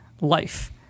life